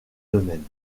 domaines